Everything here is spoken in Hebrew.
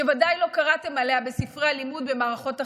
שוודאי לא קראתם עליה בספרי הלימוד במערכות החינוך.